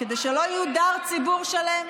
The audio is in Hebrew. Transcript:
כדי שלא יודר ציבור שלם?